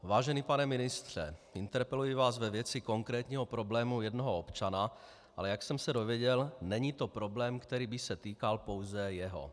Vážený pane ministře, interpeluji vás ve věci konkrétního problému jednoho občana, ale jak jsem se dozvěděl, není to problém, který by se týkal pouze jeho.